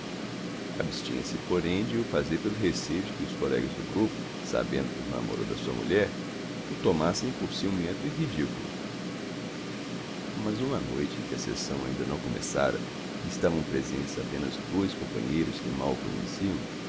rival abstinha se porém de o fazer pelo receio de que os colegas do grupo sabendo do namoro da sua mulher o tomassem por ciumento e ridículo mas uma noite em que a sessão ainda não começara e estavam presentes apenas dois companheiros que mal o conheciam